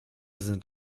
sind